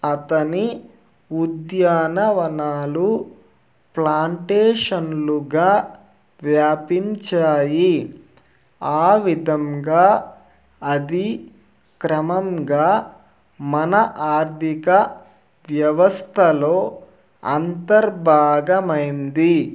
అతని ఉద్యానవనాలు ప్లాంటేషన్లుగా వ్యాపించాయి ఆ విధంగా అది క్రమంగా మన ఆర్థిక వ్యవస్థలో అంతర్భాగమైంది